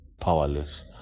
powerless